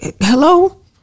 Hello